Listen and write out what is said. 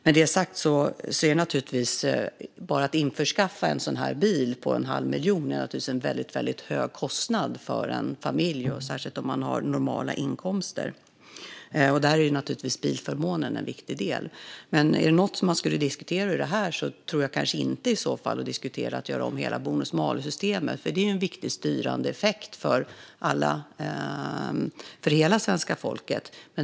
Med detta sagt innebär bara att införskaffa en bil på en halv miljon en mycket hög kostnad för en familj, särskilt om man har normala inkomster. Där är naturligtvis bilförmånen en viktig del. Men om det är något som ska diskuteras här är det inte att göra om hela bonus-malus-systemet eftersom det utgör en viktig styrande effekt för hela svenska folket.